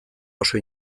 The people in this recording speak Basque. oso